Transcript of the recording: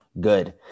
good